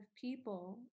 people